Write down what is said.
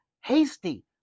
hasty